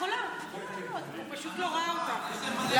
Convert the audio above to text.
את יכולה לעלות, הוא פשוט לא ראה אותך למרות